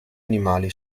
animali